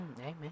Amen